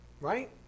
Right